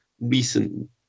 recent